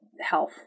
health